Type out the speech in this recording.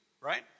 right